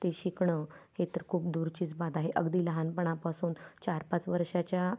ते शिकणं हे तर खूप दूरचीच बात आहे अगदी लहानपणापासून चार पाच वर्षाच्या